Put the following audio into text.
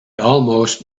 almost